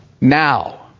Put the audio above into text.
now